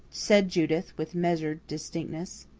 said judith with measured distinctness.